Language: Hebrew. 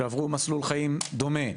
שעברו מסלול חיים דומה,